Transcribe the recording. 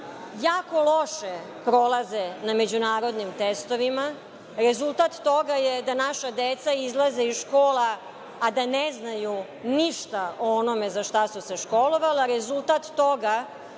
jako loše prolaze na međunarodnim testovima. Rezultat toga je da naša deca izlaze iz škola, a da ne znaju ništa o onome za šta su se školovala. Rezultat toga